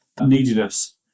neediness